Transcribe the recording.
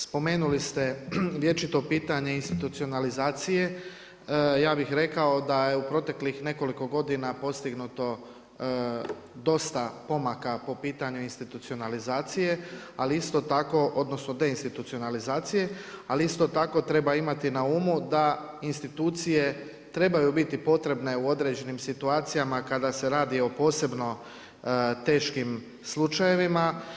Spomenuli ste vječito pitanje institucionalizacije, ja bih rekao da je u proteklih nekoliko godina postignuto dosta pomaka po pitanju institucionalizacije, ali isto tako odnosno deinstitucionalizacije, ali isto tako treba imati na umu da institucije trebaju biti potrebne u određenim situacijama kada se radi o posebno teškim slučajevima.